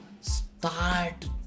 start